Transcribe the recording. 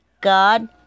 God